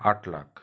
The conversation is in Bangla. আট লাখ